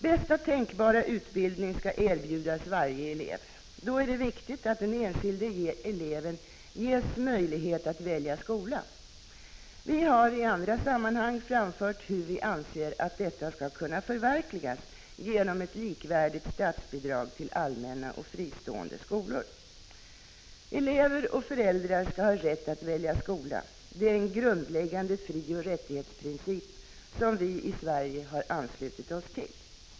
Bästa tänkbara utbildning skall erbjudas varje elev. Då är det viktigt att den enskilde eleven ges möjlighet att välja skola. Vi har i andra sammanhang framfört hur vi anser att detta skall kunna förverkligas genom ett likvärdigt statsbidrag till allmänna och fristående skolor. Elever och föräldrar skall ha rätt att välja skola. Det är en grundläggande frioch rättighetsprincip som vi i Sverige har anslutit oss till.